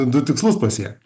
net du tikslus pasiekt